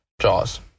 Jaws